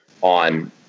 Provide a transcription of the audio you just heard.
on